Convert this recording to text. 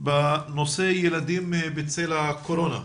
בנושא ילדים בצל הקורונה,